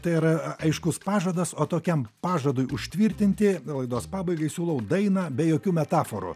tai yra aiškus pažadas o tokiam pažadui užtvirtinti laidos pabaigai siūlau dainą be jokių metaforų